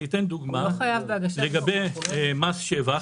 אני אתן דוגמה לגבי מס שבח.